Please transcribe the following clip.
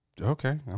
okay